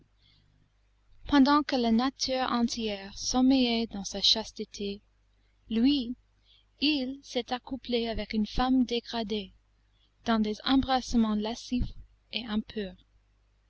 pendant que la nature entière sommeillait dans sa chasteté lui il s'est accouplé avec une femme dégradée dans des embrassements lascifs et impurs